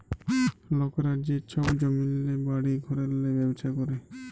লকরা যে ছব জমিল্লে, বাড়ি ঘরেল্লে ব্যবছা ক্যরে